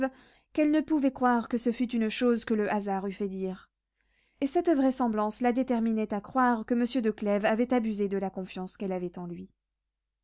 qu'elle ne pouvait croire que ce fût une chose que le hasard eût fait dire et cette vraisemblance la déterminait à croire que monsieur de clèves avait abusé de la confiance qu'elle avait en lui